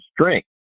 strength